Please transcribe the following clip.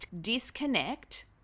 Disconnect